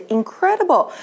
incredible